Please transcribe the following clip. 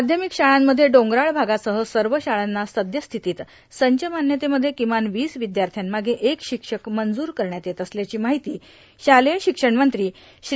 माध्यमिक शाळांपच्ये डोंगराळ भागासह सर्व शाळांना सबस्थितीत संच मान्यतेमध्ये किमान वीस विद्यार्थ्यांमागे एक शिबक मंजूर करण्यात येत असल्याची माहिती शाळेय शिक्षण मंत्री श्री